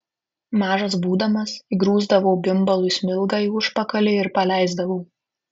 mažas būdamas įgrūsdavau bimbalui smilgą į užpakalį ir paleisdavau